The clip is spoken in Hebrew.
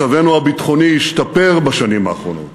מצבנו הביטחוני השתפר בשנים האחרונות,